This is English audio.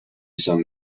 some